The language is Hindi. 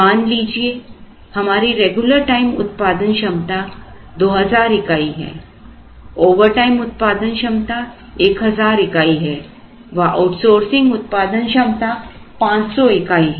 मान लीजिए हमारी रेगुलर टाइम उत्पादन क्षमता 2000 इकाई है ओवरटाइम उत्पादन क्षमता 1000 इकाई है व आउटसोर्सिंग उत्पादन क्षमता 500 इकाई है